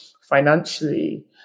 financially